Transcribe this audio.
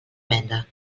venda